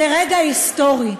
זה רגע היסטורי,